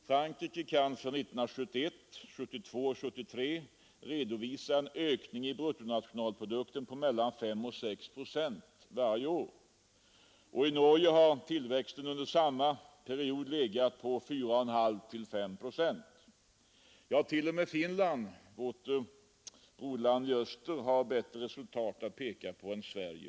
Frankrike kan för 1971, 1972 och 1973 redovisa en ökning av nationalprodukten på mellan 5 och 6 procent varje år, och i Norge har tillväxten under samma tid legat på 4,5—5 procent. Ja, t.o.m. Finland, vårt broderland i öster, har bättre resultat att peka på än Sverige.